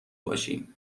باشی